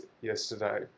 yesterday